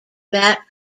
bat